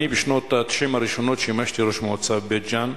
אני בשנות ה-90 הראשונות שימשתי ראש מועצת בית-ג'ן.